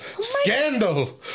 Scandal